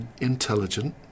intelligent